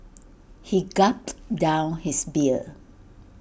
he gulped down his beer